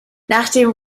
nachdem